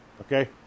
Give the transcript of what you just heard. okay